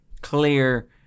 clear